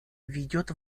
ведет